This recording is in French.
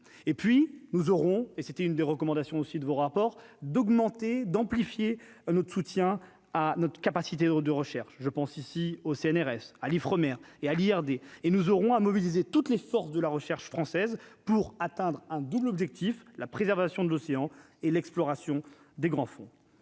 et puis nous aurons et c'était une des recommandations aussi de vos rapports d'augmenter d'amplifier notre soutien à notre capacité de recherche je pense ici au CNRS à l'Ifremer et à lire des et nous aurons à mobiliser toutes les forces de la recherche française, pour atteindre un double objectif : la préservation de l'océan et l'exploration des grands fonds,